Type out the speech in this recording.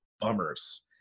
bummers